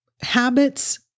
habits